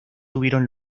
tuvieron